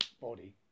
body